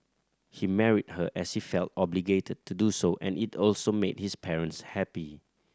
he married her as he felt obligated to do so and it also made his parents happy